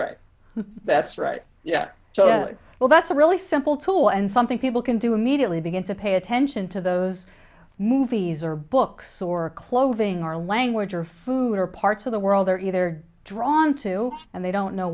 right that's right yeah well that's a really simple tool and something people can do immediately begin to pay attention to those movies or books or clothing or language or food or parts of the world they're either drawn to and they don't know